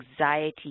anxiety